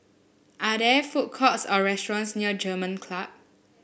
are there food courts or restaurants near German Club